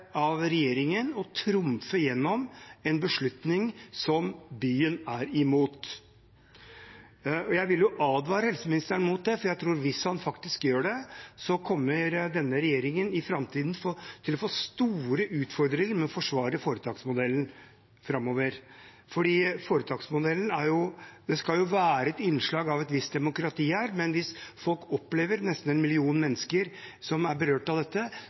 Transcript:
av regjeringen å trumfe gjennom en beslutning som byen er imot. Jeg vil advare helseministeren mot det, for jeg tror at hvis at han gjør det, kommer denne regjeringen i framtiden til å få store utfordringer med å forsvare foretaksmodellen. Det skal jo være et innslag av et visst demokrati her, men hvis folk – det er nesten en million mennesker som er berørt av dette